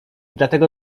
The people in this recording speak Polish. dlatego